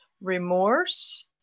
remorse